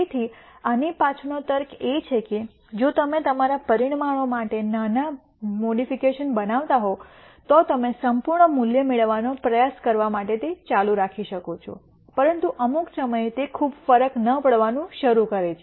તેથી આની પાછળનો તર્ક એ છે કે જો તમે તમારા પરિમાણો માટે નાના મોડિફિકેશન બનાવતા હોવ તો તમે સંપૂર્ણ મૂલ્ય મેળવવાનો પ્રયાસ કરવા માટે તે ચાલુ રાખી શકો છો પરંતુ અમુક સમયે તે ખૂબ ફરક ન પાડવાનું શરૂ કરે છે